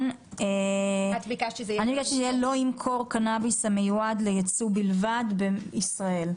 אני ביקשתי שזה יהיה "לא ימכור קנאביס המיועד לייצוא בלבד בישראל".